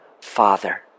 Father